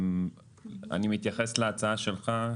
אני מתייחס להצעה שלך,